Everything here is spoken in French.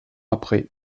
après